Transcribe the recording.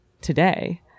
today